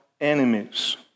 enemies